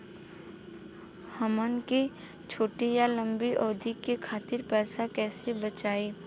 हमन के छोटी या लंबी अवधि के खातिर पैसा कैसे बचाइब?